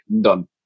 done